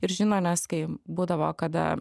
ir žino nes kai būdavo kada